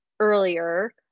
Earlier